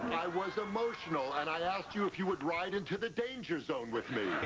i was emotional and i asked you if you would ride into the danger zone with me.